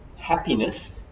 happiness